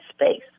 space